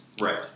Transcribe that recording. Right